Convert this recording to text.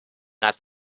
not